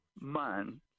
man